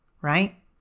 right